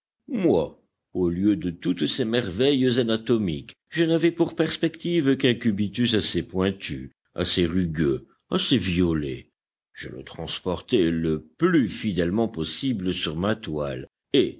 moi au lieu de toutes ces merveilles anatomiques je n'avais pour perspective qu'un cubitus assez pointu assez rugueux assez violet je le transportai le plus fidèlement possible sur ma toile et